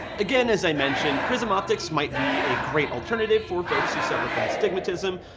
again, as i mentioned, prism optics might be a great alternative for folks who suffer from astigmatism,